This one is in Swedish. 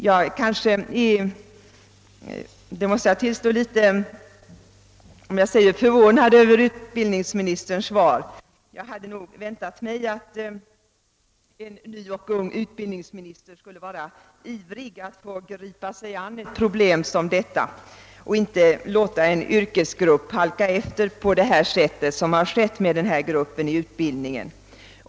Jag måste tillstå att jag är litet förvånad över utbildningsministerns svar — jag hade väntat mig att en ny och ung utbildningsminister skulle vara ivrig att få gripa sig an ett problem som detta och inte skulle tillåta att en yrkesgrupp halkade efter i utbildningen.